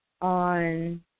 on